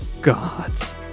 gods